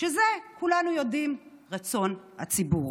שהיא, כולנו יודעים, רצון הציבור.